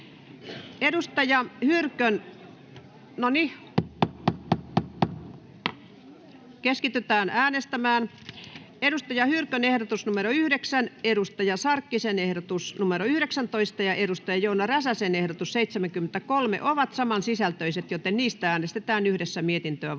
Saara Hyrkön ehdotus 9, Hanna Sarkkisen ehdotus 19 ja Joona Räsäsen ehdotus 73 ovat saman sisältöisiä, joten niistä äänestetään yhdessä mietintöä vastaan.